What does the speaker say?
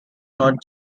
not